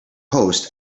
host